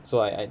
so I I